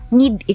need